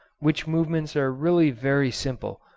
which movements are really very simple,